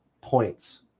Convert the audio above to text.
points